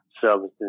services